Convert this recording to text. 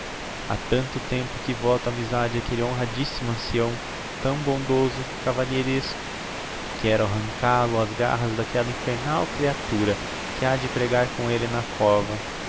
ha tanto tempo que voto amizade áquelle honradissimo ancião tão bondoso cavalheiresco quero arrancál o ás garras d'aquella infernal creatura que ha de pregar com elle na cova